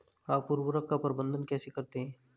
आप उर्वरक का प्रबंधन कैसे करते हैं?